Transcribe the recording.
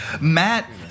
Matt